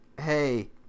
hey